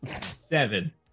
Seven